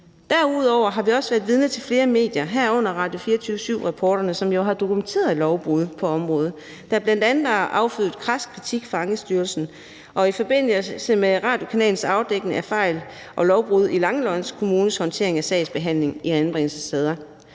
Derudover har vi også været vidne til, at flere medier, herunder Radio24syv-rapporterne, jo har dokumenteret lovbrud på området, der bl.a. har affødt kras kritik fra Ankestyrelsen. I forbindelse med radiokanalens afdækning af fejl og lovbrud i Langeland Kommunes håndtering af sagsbehandlingen i anbringelsessager,